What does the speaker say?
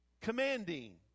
commanding